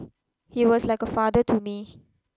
he was like a father to me